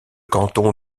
canton